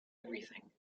everything